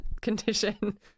condition